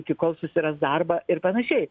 iki kol susiras darbą ir panašiai